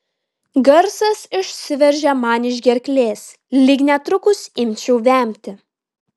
garsas išsiveržė man iš gerklės lyg netrukus imčiau vemti